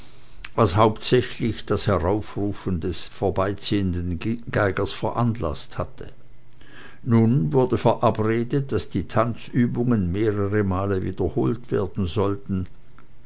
was hauptsächlich das heraufrufen des vorbeiziehenden geigers veranlaßt hatte nun wurde verabredet daß die tanzübungen mehrere male wiederholt werden sollten